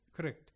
Correct